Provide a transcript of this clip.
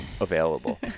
available